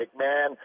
mcmahon